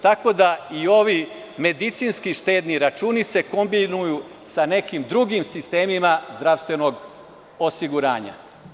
Tako da i ovi medicinski štedni računi se kombinuju sa nekim drugim sistemima zdravstvenog osiguranja.